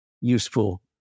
useful